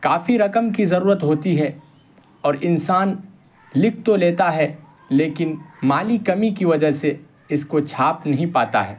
کافی رقم کی ضرورت ہوتی ہے اور انسان لکھ تو لیتا ہے لیکن مالی کمی کی وجہ سے اس کو چھاپ نہیں پاتا ہے